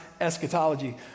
eschatology